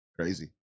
Crazy